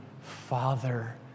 father